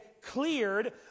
cleared